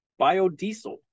biodiesel